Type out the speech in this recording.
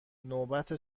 نوبت